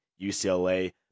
UCLA